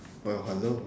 well hello